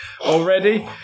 already